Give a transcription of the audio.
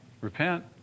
repent